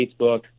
Facebook